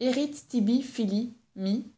erit tibi fili mi